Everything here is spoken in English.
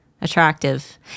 attractive